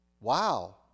Wow